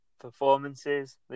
performances